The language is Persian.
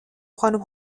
خانوم